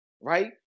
right